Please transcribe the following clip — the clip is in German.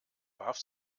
warf